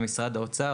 במשרד האוצר,